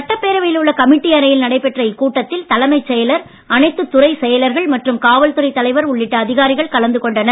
சட்டப் பேரவையில் உள்ள கமிட்டி அறையில் நடைபெற்ற இக்கூட்டத்தில் தலைமைச் செயலர் அனைத்து துறைச் செயலர்கள் மற்றும் காவல்துறை தலைவர் உள்ளிட்ட அதிகாரிகள் கலந்து கொண்டனர்